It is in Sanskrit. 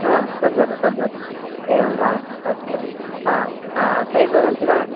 आ तद्वत् तद्वत् एवं वा अस्तु आ आ सैज़् वदन्ति वा